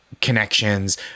connections